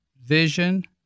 vision